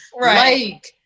Right